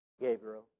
Gabriel